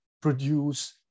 produce